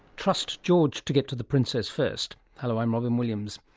trust george to get to the princess first. hello, i'm robyn williams.